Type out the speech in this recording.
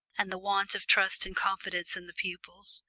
and the want of trust and confidence in the pupils,